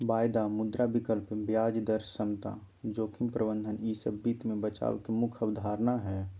वायदा, मुद्रा विकल्प, ब्याज दर समता, जोखिम प्रबंधन ई सब वित्त मे बचाव के मुख्य अवधारणा हय